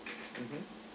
mmhmm